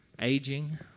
aging